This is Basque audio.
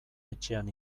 etxean